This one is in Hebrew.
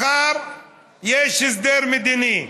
מחר יש הסדר מדיני,